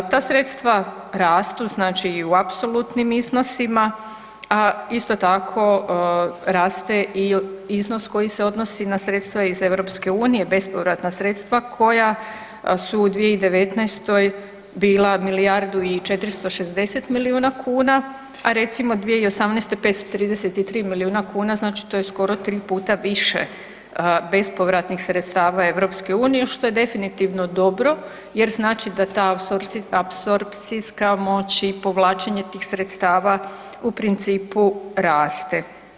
Ta sredstva rastu, znači i u apsolutnim iznosima, a isto tako raste i iznos koji se odnosi na sredstva iz EU, bespovratna sredstva koja su u 2019. bila milijardu i 460 milijuna kuna, a recimo 2018. 533 milijuna kuna, znači to je skoro 3 puta više bespovratnih sredstava EU, što je definitivno dobro jer znači da ta apsorpcijska moć i povlačenje tih sredstava u principu raste.